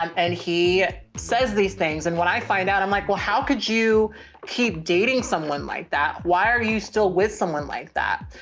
um and he says these things and when i find out, i'm like, well, how could you keep dating someone like that? why are you still with someone like that?